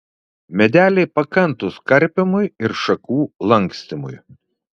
medeliai pakantūs karpymui ir šakų lankstymui